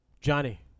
Johnny